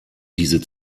diese